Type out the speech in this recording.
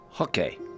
Okay